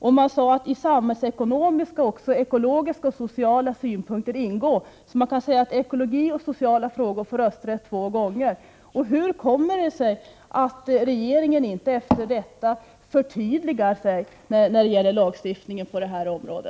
Man sade att när det gäller samhällsekonomi skall ekologi och sociala synpunkter ingå. Man kan därmed säga att ekologi och sociala frågor får rösträtt två gånger. Hur kommer det sig att regeringen efter detta inte förtydligar sig när det gäller lagstiftningen på detta område?